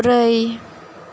ब्रै